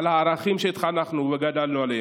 על הערכים שהתחנכנו וגדלנו עליהם,